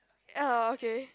ya okay